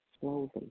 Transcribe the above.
slowly